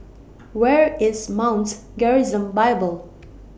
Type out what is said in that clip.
Where IS Mounts Gerizim Bible